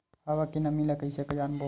हवा के नमी ल कइसे जानबो?